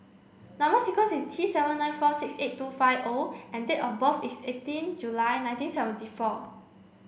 number sequence is T seven nine four six eight two five O and date of birth is eighteen July nineteen seventy four